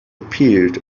appeared